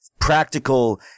practical